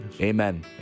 Amen